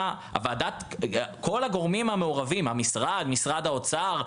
כל הגורמים המעורבים: המשרד, משרד האוצר,